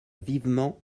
vivement